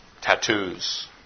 tattoos